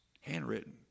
Handwritten